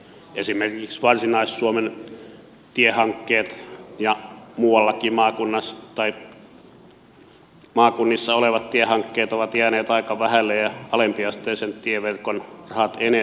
esimerkiksi varsinais suomen tiehankkeet ja muuallakin maakunnissa olevat tiehankkeet ovat jääneet aika vähälle ja alempiasteisen tieverkon rahat etenkin